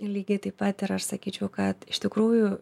lygiai taip pat ir aš sakyčiau kad iš tikrųjų